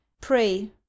pray